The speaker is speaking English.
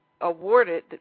awarded